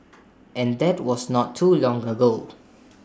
and that was not too long ago